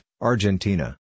Argentina